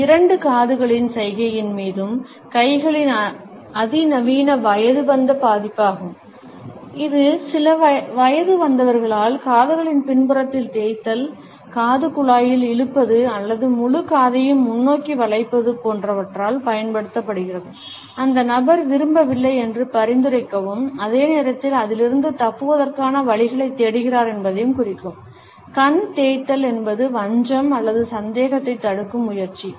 இது இரண்டு காதுகளின் சைகையின் மீதும் கைகளின் அதிநவீன வயதுவந்த பதிப்பாகும் இது சில வயதுவந்தவர்களால் காதுகளின் பின்புறத்தில் தேய்த்தல் காதுகுழாயில் இழுப்பது அல்லது முழு காதையும் முன்னோக்கி வளைப்பது போன்றவற்றால் பயன்படுத்தப்படுகிறது அந்த நபர் விரும்பவில்லை என்று பரிந்துரைக்கவும் அதே நேரத்தில் அதிலிருந்து தப்புவதற்கான வழிகளைத் தேடுகிறார் என்பதையும் குறிக்கும் கண் தேய்த்தல் என்பது வஞ்சம் அல்லது சந்தேகத்தைத் தடுக்கும் முயற்சி